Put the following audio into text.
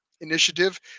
Initiative